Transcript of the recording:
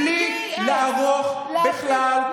בלי לערוך בכלל,